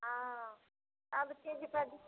हँ सभचीज कऽ दी